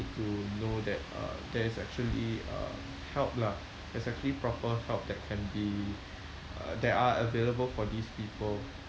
to know that uh there's actually uh help lah there's actually proper help that can be uh that are available for these people